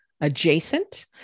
adjacent